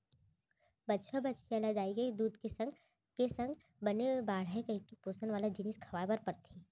बछवा, बछिया ल दाई के दूद के संगे संग बने बाढ़य कइके पोसन वाला जिनिस खवाए बर परथे